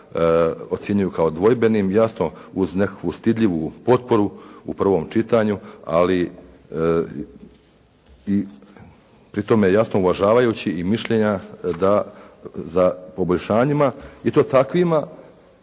ocjenjuju kao dvojbenim jasno uz nekakvu stidljivu potporu u prvom čitanju. Ali pri tome jasno uvažavajući i mišljenja za poboljšanjima i to takvima